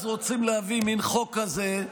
אז רוצים להביא מין חוק כזה,